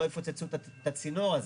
לא יפוצצו את הצינור הזה,